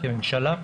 כממשלה,